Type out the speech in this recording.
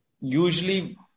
usually